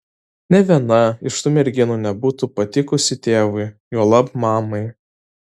nė viena iš tų merginų nebūtų patikusi tėvui juolab mamai